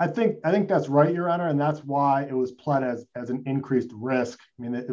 i think i think that's right around and that's why it was planted and an increased risk i mean it